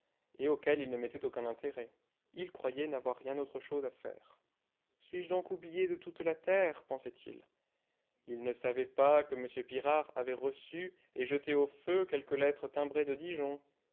et auxquelles il ne mettait aucun intérêt il croyait n'avoir rien autre chose à faire suis-je donc oublié de toute la terre pensait-il il ne savait pas que m pirard avait reçu et jeté au feu quelques lettres timbrées de dijon